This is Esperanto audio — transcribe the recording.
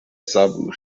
savu